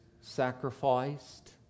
sacrificed